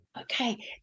Okay